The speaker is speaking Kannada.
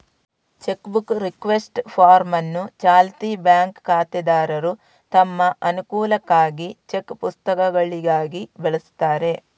ಚೆಕ್ ಬುಕ್ ರಿಕ್ವೆಸ್ಟ್ ಫಾರ್ಮ್ ಅನ್ನು ಚಾಲ್ತಿ ಬ್ಯಾಂಕ್ ಖಾತೆದಾರರು ತಮ್ಮ ಅನುಕೂಲಕ್ಕಾಗಿ ಚೆಕ್ ಪುಸ್ತಕಗಳಿಗಾಗಿ ಬಳಸ್ತಾರೆ